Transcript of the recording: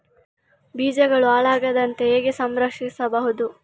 ಬೀಜಗಳು ಹಾಳಾಗದಂತೆ ಹೇಗೆ ಸಂರಕ್ಷಿಸಬಹುದು?